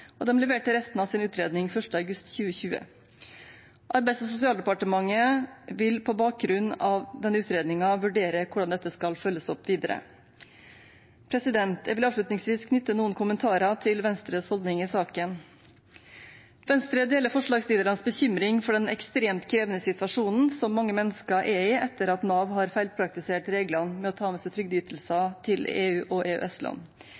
og utvalget leverte resten av sin utredning 1. august 2020. Arbeids- og sosialdepartementet vil på bakgrunn av denne utredningen vurdere hvordan dette skal følges opp videre. Jeg vil avslutningsvis knytte noen kommentarer til Venstres holdning i saken. Venstre deler forslagsstillernes bekymring for den ekstremt krevende situasjonen som mange mennesker er i etter at Nav har feilpraktisert reglene for å ta med seg trygdeytelser til EU- og